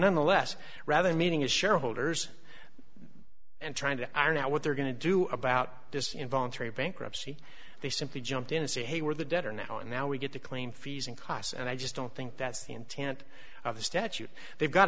nonetheless rather meaning his shareholders and trying to iron out what they're going to do about this involuntary bankruptcy they simply jump in and say hey we're the debtor now and now we get to claim fees and costs and i just don't think that's the intent of the statute they've got